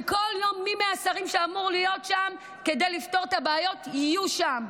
שכל יום מי מהשרים שאמורים להיות שם כדי לפתור את הבעיות יהיו שם.